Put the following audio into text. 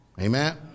Amen